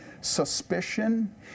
suspicion